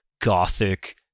gothic